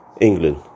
England